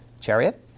Chariot